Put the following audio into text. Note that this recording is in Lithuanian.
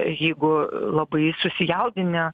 jeigu labai susijaudinę